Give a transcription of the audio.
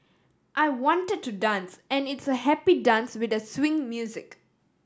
I wanted to dance and it's a happy dance with the swing music